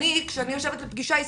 כשאני יושבת לפגיעה עסקית,